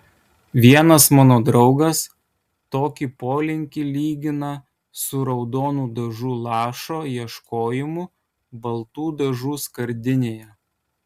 vienas mano draugas tokį polinkį lygina su raudonų dažų lašo ieškojimu baltų dažų skardinėje